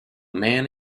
man